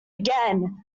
again